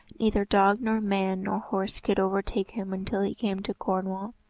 neither dog nor man nor horse could overtake him until he came to cornwall.